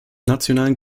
nationalen